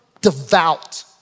devout